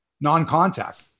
non-contact